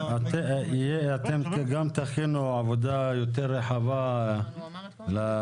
--- אתם גם תכינו עבודה יותר רחבה להמשך.